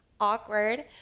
awkward